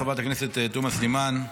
חברת הכנסת תומא סלימאן,